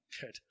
good